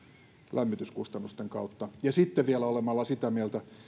lämmityskustannusten kautta ja sitten vielä olemalla sitä mieltä